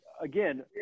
again